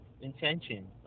intention